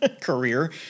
career